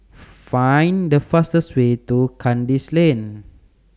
Find The fastest Way to Kandis Lane